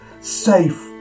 safe